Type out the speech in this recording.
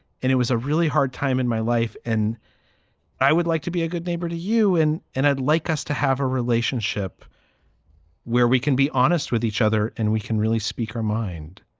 and it was a really hard time in my life. and i would like to be a good neighbor to you. and and i'd like us to have a relationship where we can be honest with each other and we can really speak her mind.